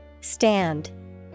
Stand